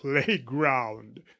playground